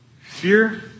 fear